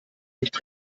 nicht